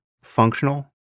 functional